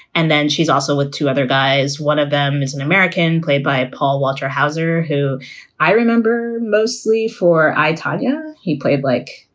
and then she's also with two other guys one of them is an american played by ah paul walter houser, who i remember mostly for i told you he played like,